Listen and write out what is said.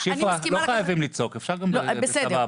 שפרה, לא חייבים לצעוק, אפשר גם בסבבה.